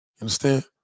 Understand